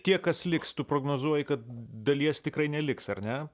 tie kas liks tu prognozuoji kad dalies tikrai neliks ar ne